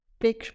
big